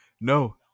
no